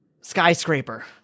Skyscraper